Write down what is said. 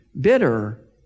bitter